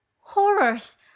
Horrors